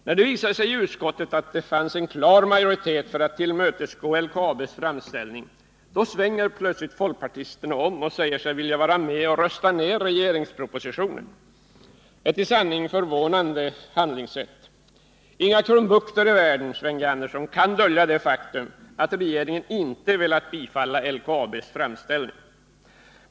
När det i utskottet visade sig att det fanns en klar majoritet för att tillmötesgå LKAB:s framställning, svängde plötsligt folkpartisterna om och sade sig vilja vara med och rösta ner regeringspropositionen — ett i sanning förvånande handlingssätt! Inga krumbukter i världen, Sven G. Andersson, kan dölja det faktum att regeringen inte har velat bifalla LKAB:s framställning.